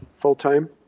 full-time